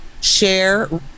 share